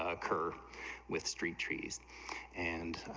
occur with street trees and,